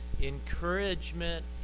encouragement